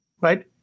right